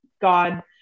God